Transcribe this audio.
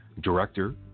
Director